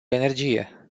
energie